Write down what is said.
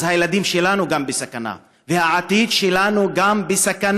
אז גם הילדים שלנו בסכנה וגם העתיד שלנו בסכנה.